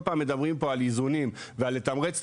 כל פעם אנחנו מדברים פה על איזונים ועל לתמרץ את